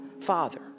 father